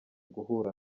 guhura